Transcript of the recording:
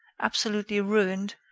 absolutely ruined,